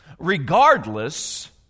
regardless